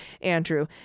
Andrew